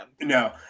No